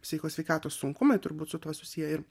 psicho sveikatos sunkumai turbūt su tuo susiję ir